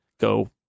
go